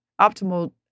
optimal